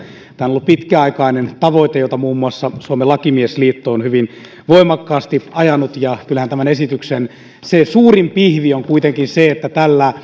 tämä on ollut pitkäaikainen tavoite jota muun muassa suomen lakimiesliitto on hyvin voimakkaasti ajanut kyllähän se tämän esityksen suurin pihvi on kuitenkin se että tällä